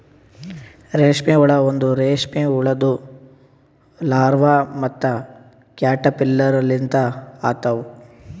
ರೇಷ್ಮೆ ಹುಳ ಒಂದ್ ರೇಷ್ಮೆ ಹುಳುದು ಲಾರ್ವಾ ಮತ್ತ ಕ್ಯಾಟರ್ಪಿಲ್ಲರ್ ಲಿಂತ ಆತವ್